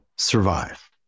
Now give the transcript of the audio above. survive